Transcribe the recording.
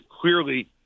clearly